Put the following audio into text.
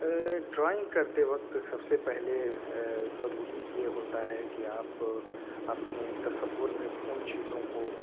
drawing کرتے وقت سب سے پہلے ضروری یہ ہوتا ہے کہ آپ اپنی تصور میں ان چیزوں کو